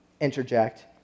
interject